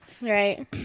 Right